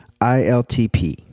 ILTP